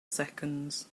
seconds